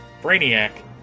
Brainiac